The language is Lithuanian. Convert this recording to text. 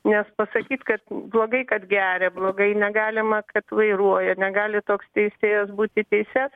nes pasakyt kad blogai kad geria blogai negalima kad vairuoja negali toks teisėjas būti teises